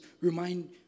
remind